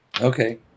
Okay